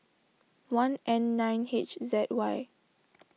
one N nine H Z Y